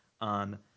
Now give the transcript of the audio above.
on